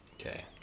Okay